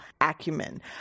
acumen